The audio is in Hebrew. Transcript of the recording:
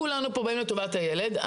כולנו באים לטובת הילד,